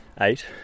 eight